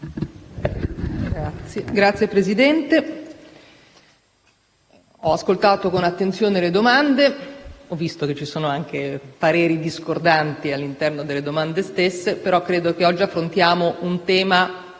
Signor Presidente, ho ascoltato con attenzione le domande; ho visto che ci sono anche pareri discordanti all'interno delle domande stesse, ma credo che qui affrontiamo un tema